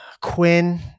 Quinn